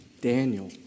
Daniel